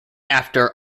after